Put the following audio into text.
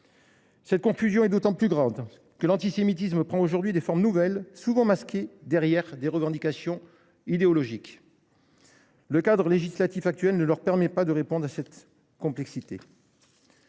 La confusion est d’autant plus grande que l’antisémitisme prend aujourd’hui des formes nouvelles, souvent masquées derrière des revendications idéologiques. Le cadre législatif actuel ne leur permet pas de répondre à cette complexité.